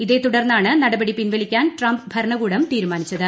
ഇതേ അതുടർന്നാണ് നടപടി പിൻവലിക്കാൻ ട്രംപ് ഭരണകൂടം തീരുമാനിച്ചത്